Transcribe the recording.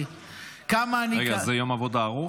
שהוא הזמין אותי לחתונה של הבת שלו,